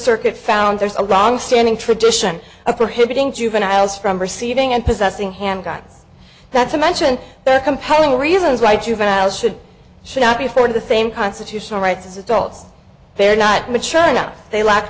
circuit found there's a long standing tradition of prohibiting juveniles from receiving and possessing handguns that's a mention compelling reasons why juveniles should should not be afforded the same constitutional rights as adults they're not mature enough they lack